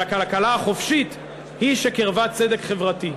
והכלכלה החופשית היא שקירבה צדק חברתי.